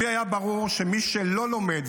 לי היה ברור שמי שלא לומד,